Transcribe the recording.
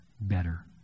better